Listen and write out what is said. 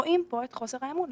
רואים פה את חוסר האמון.